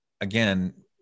again